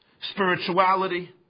spirituality